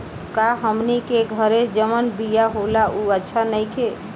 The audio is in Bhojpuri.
का हमनी के घरे जवन बिया होला उ अच्छा नईखे?